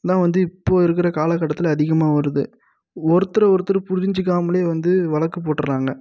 தான் வந்து இப்போது இருக்கிற காலக்கட்டத்தில் அதிகமாக வருது ஒருத்தரை ஒருத்தர் புரிஞ்சிக்காமலே வந்து வழக்கு போட்டுகிறாங்க